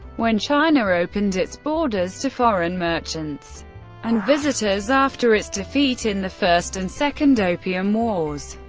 when china opened its borders to foreign merchants and visitors after its defeat in the first and second opium wars,